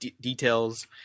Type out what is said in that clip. details